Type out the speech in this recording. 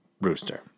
rooster